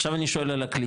עכשיו אני שואל על הקליטה,